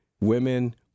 Women